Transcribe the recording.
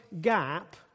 gap